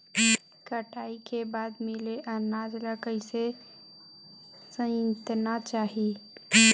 कटाई के बाद मिले अनाज ला कइसे संइतना चाही?